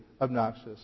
obnoxious